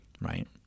Right